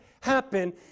happen